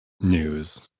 news